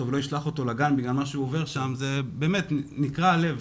ולא ישלח אותו לגן בגלל מה שהוא עובר שם באמת נקרע הלב.